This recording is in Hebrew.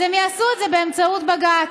הם יעשו את זה באמצעות בג"ץ.